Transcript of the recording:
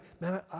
man